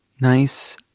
Nice